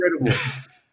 incredible